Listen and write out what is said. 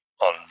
on